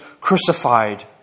crucified